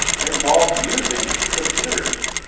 it involves using computers,